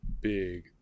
big